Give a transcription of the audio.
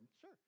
sure